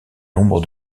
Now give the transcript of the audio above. nombre